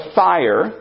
fire